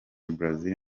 brazil